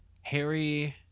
Harry